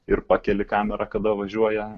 ir pakeli kamerą kada važiuoja